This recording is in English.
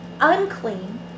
unclean